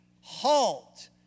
halt